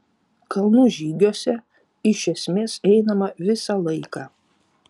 kalnų žygiuose iš esmės einama visą laiką